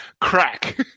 crack